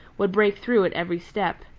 would break through at every step.